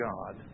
God